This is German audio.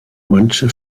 manche